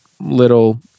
little